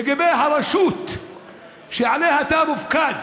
לגבי הרשות שעליה אתה מופקד,